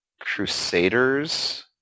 Crusaders